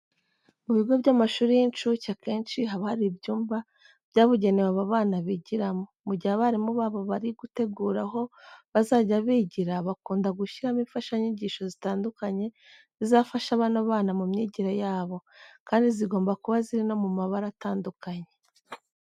Mu bigo by'amashuri y'incuke akenshi haba hari ibyumba byabugenewe aba bana bigiramo. Mu gihe abarimu babo bari gutegura aho bazajya bigira, bakunda gushyiramo imfashanyigisho zitandukanye zizafasha bano bana mu myigire yabo, kandi zigomba kuba ziri no mu mabara atandukanye.